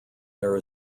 there